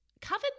covered